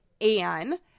Anne